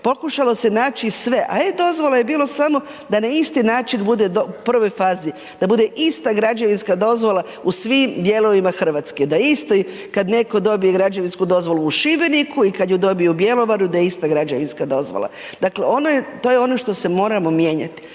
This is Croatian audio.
pokušalo se naći sve, a e-dozvola je bilo samo da na isti način bude u prvoj fazi, da bude ista građevinska dozvola u svim dijelovima RH, da isto kad netko dobije građevinsku dozvolu u Šibeniku i kad ju dobije u Bjelovaru, da je ista građevinska dozvola. Dakle, to je ono što se moramo mijenjat